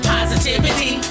Positivity